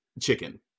chicken